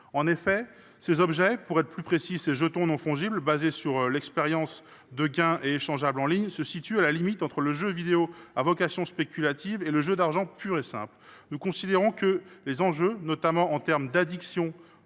En effet, ces objets – pour être plus précis, ces jetons non fongibles, fondés sur l’expérience de gains et échangeables en ligne – se situent à la limite entre le jeu vidéo à vocation spéculative et le jeu d’argent pur et simple. Nous considérons que les enjeux, notamment en termes d’addiction